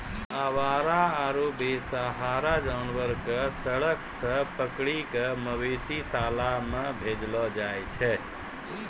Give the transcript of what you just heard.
आवारा आरो बेसहारा जानवर कॅ सड़क सॅ पकड़ी कॅ मवेशी शाला मॅ भेजलो जाय छै